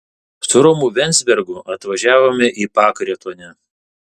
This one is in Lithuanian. su romu venzbergu atvažiavome į pakretuonę